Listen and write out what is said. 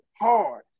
hard